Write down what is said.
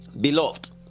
Beloved